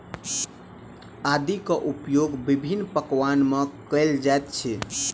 आदी के उपयोग विभिन्न पकवान में कएल जाइत अछि